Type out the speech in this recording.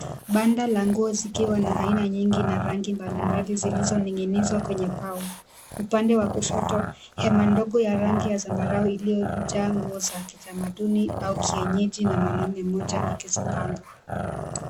Banda la nguo zikiwa na aina nyingi na rangi mbalimbali ziizoning'inizwa kwenye mbao. Upande wa kushoto hema ndogo ya rangi ya zambarau iliyojaa nguo za kitamaduni au kienyeji na mwanamme mmoja akizipanga.